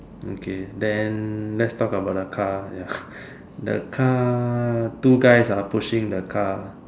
okay then lets talk about the car ya the car two guys are pushing the car